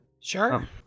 sure